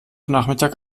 nachmittag